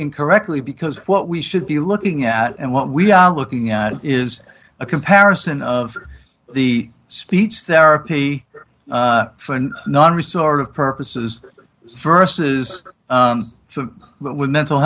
incorrectly because what we should be looking at and what we are looking at is a comparison of the speech therapy for and not resort of purposes versus to with mental